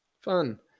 fun